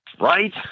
Right